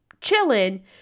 chilling